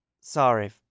sorry